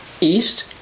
East